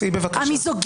תענה לו.